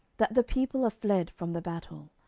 that the people are fled from the battle,